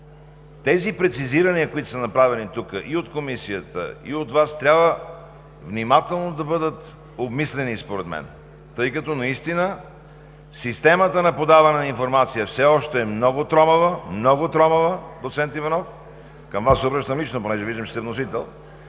Тези прецизирания, които са направени тук и от Комисията, и от Вас, трябва внимателно да бъдат обмислени според мен, тъй като наистина системата на подаване на информация все още е много тромава. Много е тромава, доцент Иванов, към Вас се обръщам лично, тъй като виждам, че сте вносител,